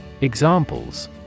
Examples